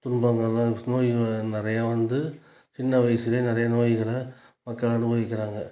நோய் நிறைய வந்து சின்ன வயசிலே நிறைய நோய்களை மக்கள் அனுபவிக்கிறாங்கள்